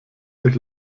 sich